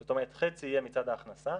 זאת אומרת חצי יהיה מצד ההכנסה,